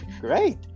great